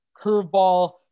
curveball